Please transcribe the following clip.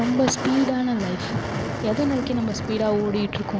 ரொம்ப ஸ்பீடான லைஃப் எதை நோக்கி நம்ம ஸ்பீடாக ஒடிட்டுருக்கோம்